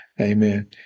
Amen